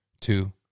Two